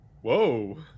Whoa